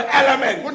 element